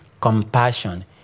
compassion